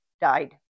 died